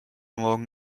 morgen